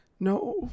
No